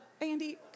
Andy